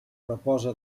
reposa